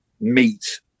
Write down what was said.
meet